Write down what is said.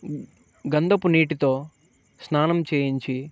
గంధపు నీటితో స్నానం చేయించి